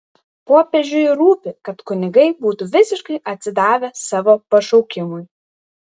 popiežiui rūpi kad kunigai būtų visiškai atsidavę savo pašaukimui